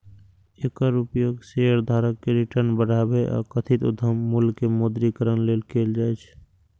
एकर उपयोग शेयरधारक के रिटर्न बढ़ाबै आ कथित उद्यम मूल्य के मौद्रीकरण लेल कैल जाइ छै